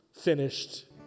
finished